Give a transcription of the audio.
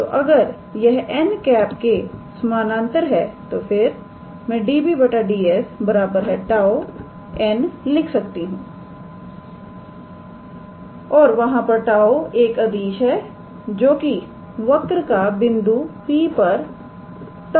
तो अगर यह 𝑛̂ के समानांतर है तो फिर मैं 𝑑𝑏̂ 𝑑𝑠 −𝜁𝑛̂ लिख सकती हूंऔर वहां पर 𝜁 एक अदिश है जोकि वक्र का बिंदु P पर टार्शन है